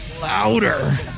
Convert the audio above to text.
Louder